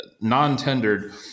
non-tendered